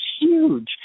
huge